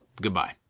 Goodbye